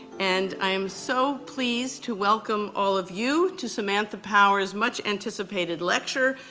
and i'm so pleased to welcome all of you to samantha power's much anticipated lecture,